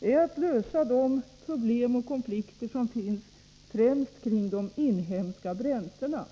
är att lösa de problem och konflikter som finns främst kring de inhemska bränslena.